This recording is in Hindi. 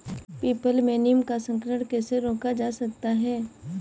पीपल में नीम का संकरण कैसे रोका जा सकता है?